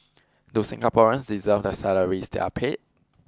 do Singaporeans deserve the salaries they are paid